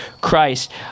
Christ